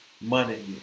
money